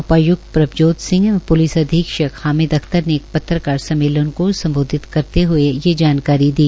उपाय्क्त प्रभजोत सिंह एवं पुलिस अधीक्षक हामिद अख्तर ने एक पत्रकार सम्मेलन को संबोधित करते हुए यह जानकारी दी